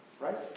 Right